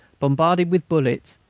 bombarded with bullets,